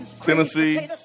Tennessee